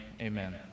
Amen